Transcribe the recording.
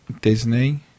Disney